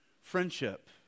friendship